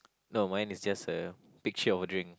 no mine is just a picture of a drink